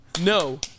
No